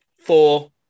four